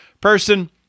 person